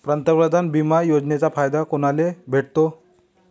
पंतप्रधान बिमा योजनेचा फायदा कुनाले भेटतो?